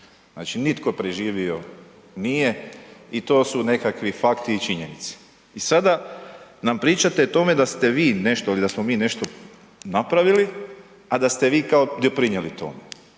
Znači nitko preživio nije i to su nekakvi fakti i činjenice. I sada nam pričate o tome da te vi nešto ili da smo mi nešto napravili, a da ste vi kao doprinijeli tome.